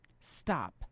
Stop